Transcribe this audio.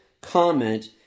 comment